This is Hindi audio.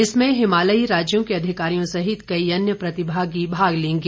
इसमें हिमालयी राज्यों के अधिकारियों सहित कई अन्य प्रतिभागी भाग लेंगे